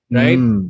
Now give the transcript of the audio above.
right